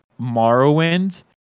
Morrowind